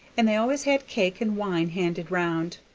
and they always had cake and wine handed round,